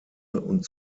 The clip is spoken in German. und